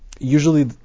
usually